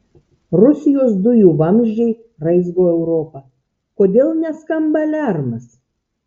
rusijos dujų vamzdžiai raizgo europą kodėl neskamba aliarmas